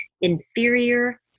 inferior